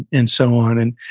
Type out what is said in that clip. and so on. and,